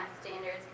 standards